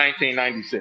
1996